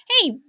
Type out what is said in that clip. Hey